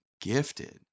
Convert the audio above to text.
gifted